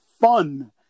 fun